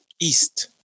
east